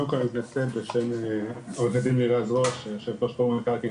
קודם כל אני מתנצל בשם ראש תחום מקרקעין